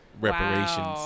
reparations